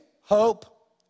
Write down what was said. hope